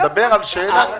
הוא מדבר על שאלה כללית.